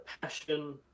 passion